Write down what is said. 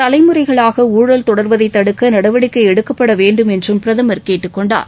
தலைமுறைகளாக ஊழல் தொடர்வதைத் தடுக்க நடவடிக்கை எடுக்கப்பட வேண்டும் என்றும் பிரதமர் கேட்டுக் கொண்டார்